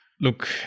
Look-